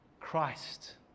Christ